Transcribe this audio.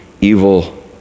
evil